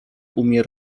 umie